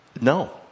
No